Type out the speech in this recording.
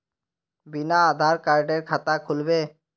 बिना आधार कार्डेर खाता खुल बे?